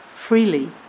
Freely